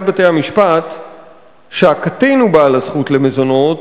בתי-המשפט שהקטין הוא בעל הזכות למזונות,